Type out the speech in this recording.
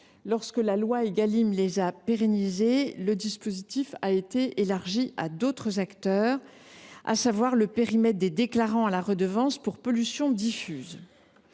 lorsque la loi Égalim les a pérennisés, le périmètre a été élargi à d’autres acteurs, à savoir les déclarants à la redevance pour pollutions diffuses.